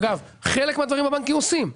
אגב, חלק מהדברים הבנקים עושים.